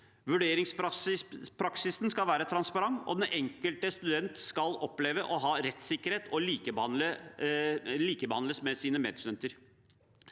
Vurderingspraksisen skal være transparent, og den enkelte student skal oppleve å ha rettssikkerhet og likebehandles med sine medstudenter.